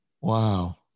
Wow